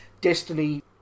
Destiny